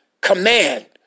command